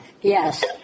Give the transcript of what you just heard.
yes